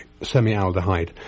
semialdehyde